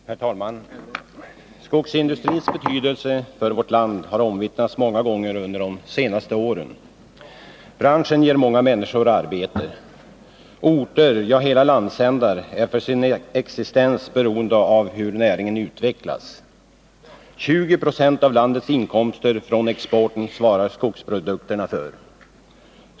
Herr talman! Skogsindustrins betydelse för vårt land har omvittnats många gånger under de senaste åren. Branschen ger många människor arbete. Orter —ja, hela landsändar — är för sin existens beroende av hur näringen utvecklas. 20 90 av landets inkomster från exporten svarar skogsprodukterna för.